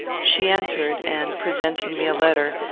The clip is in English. she entered, and, presenting me a letter,